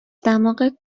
دماغت